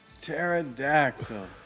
Pterodactyl